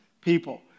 people